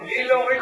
מבלי להוריד,